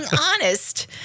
honest